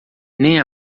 nem